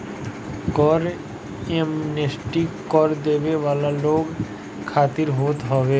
कर एमनेस्टी कर देवे वाला लोग खातिर होत हवे